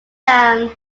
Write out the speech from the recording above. down